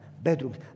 bedrooms